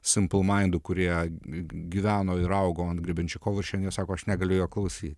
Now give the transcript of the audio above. simple mindų kurie gyveno ir augo grebenščikovu ir šiandien sako aš negaliu jo klausyt